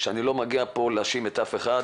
שאני לא מגיע פה להאשים את אף אחד,